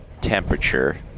temperature